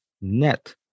net